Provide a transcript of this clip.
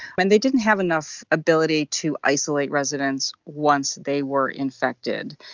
and they didn't have enough ability to isolate residents once they were infected.